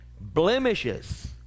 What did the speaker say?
blemishes